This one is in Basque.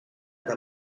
eta